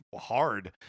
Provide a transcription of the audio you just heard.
hard